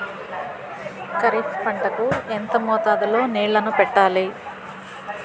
ఖరిఫ్ పంట కు ఎంత మోతాదులో నీళ్ళని పెట్టాలి?